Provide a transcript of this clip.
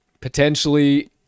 Potentially